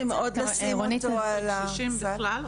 מאוד לשים אותו על --- את מדברת על קשישים בכלל?